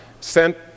sent